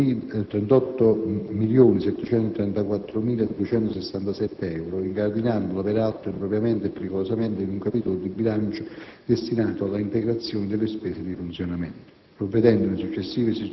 di 38.734.267 euro (incardinandola, peraltro, impropriamente e "pericolosamente" in un capitolo di bilancio destinato alla "integrazione delle spese di funzionamento"),